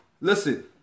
listen